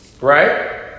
Right